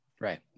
Right